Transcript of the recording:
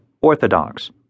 Orthodox